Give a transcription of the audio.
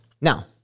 Now